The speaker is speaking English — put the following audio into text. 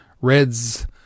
Reds